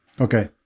Okay